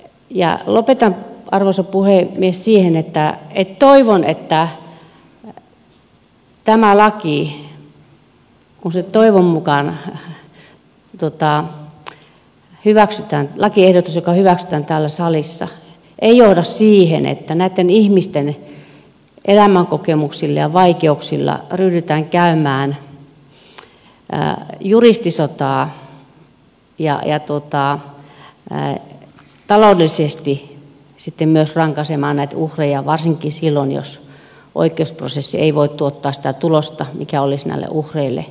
lopetan arvoisa puhemies siihen että toivon että tämä lakiehdotus kun se toivon mukaan hyväksytään täällä salissa ei johda siihen että näitten ihmisten elämänkokemuksilla ja vaikeuksilla ryhdytään käymään juristisotaa ja taloudellisesti sitten myös rankaisemaan näitä uhreja varsinkaan silloin jos oikeusprosessi ei voi tuottaa sitä tulosta mikä olisi näille uhreille oikeudenmukaista